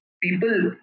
people